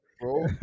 bro